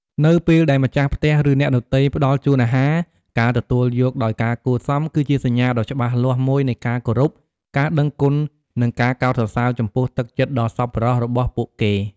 នៅពេលដែលម្ចាស់ផ្ទះ ឬអ្នកដទៃផ្តល់ជូនអាហារ ការទទួលយកដោយការគួរសម គឺជាសញ្ញាដ៏ច្បាស់លាស់មួយនៃការគោរព ការដឹងគុណ និងការកោតសរសើរចំពោះទឹកចិត្តដ៏សប្បុរសរបស់ពួកគេ។